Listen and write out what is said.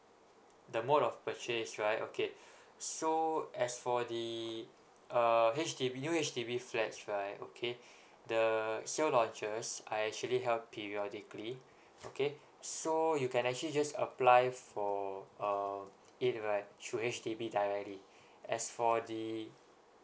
the mode of purchase right okay so as for the uh H_D_B new H_D_B flats right okay the sale launches are actually held periodically okay so you can actually just apply for uh it right through H_D_B directly as for the